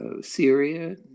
Syria